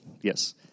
Yes